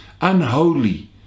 unholy